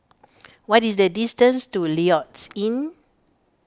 what is the distance to Lloyds Inn